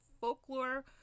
Folklore